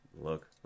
look